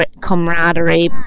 camaraderie